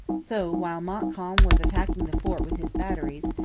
so, while montcalm was attacking the fort with his batteries,